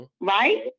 Right